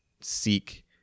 seek